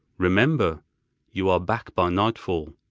remember you are back by nightfall.